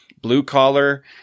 blue-collar